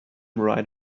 right